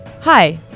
Hi